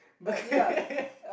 okay